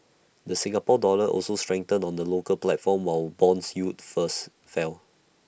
the Singapore dollar also strengthened on the local platform while Bond yields first fell